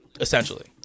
essentially